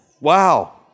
Wow